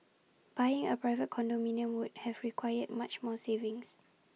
buying A private condominium would have required much more savings